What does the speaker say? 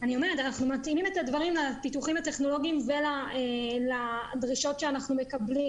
אנחנו מתאימים את הדברים לפיתוחים הטכנולוגיים ולדרישות שאנחנו מקבלים.